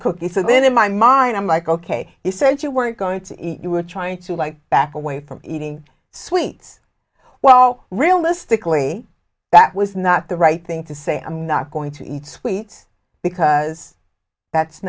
cookies and then in my mind i'm like ok you said you weren't going to eat you were trying to like back away from eating sweets well realistically that was not the right thing to say i'm not going to eat sweets because that's